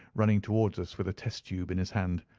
running towards us with a test-tube in his hand.